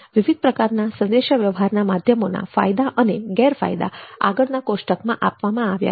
વિવિધ પ્રકારના સંદેશા વ્યવહારના માધ્યમોના ફાયદા અને ગેરફાયદા આગળના કોષ્ટકમાં આપવામાં આવ્યા છે